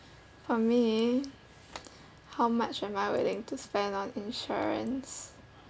for me how much am I willing to spend on insurance